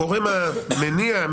הגורם המניע,